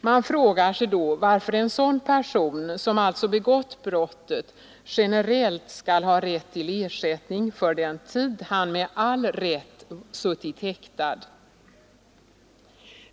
Man frågar sig då varför en sådan person, som alltså begått brottet, generellt skall ha rätt till ersättning för den tid han med all rätt suttit häktad.